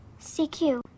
CQ